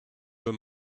your